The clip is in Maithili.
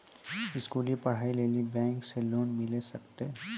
स्कूली पढ़ाई लेली बैंक से लोन मिले सकते?